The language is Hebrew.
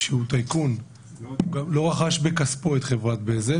שהוא טייקון לא רכש מכספו את חברת בזק,